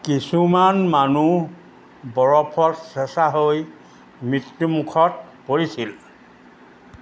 কিছুমান মানুহ বৰফত চেঁচা হৈ মৃত্যু মুখত পৰিছিল